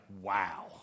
wow